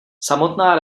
samotná